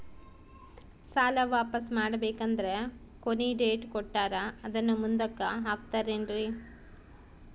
ಸಾಲ ವಾಪಾಸ್ಸು ಮಾಡಬೇಕಂದರೆ ಕೊನಿ ಡೇಟ್ ಕೊಟ್ಟಾರ ಅದನ್ನು ಮುಂದುಕ್ಕ ಹಾಕುತ್ತಾರೇನ್ರಿ?